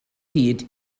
hyd